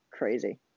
crazy